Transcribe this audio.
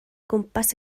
gwmpas